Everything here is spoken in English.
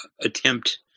attempt